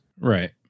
Right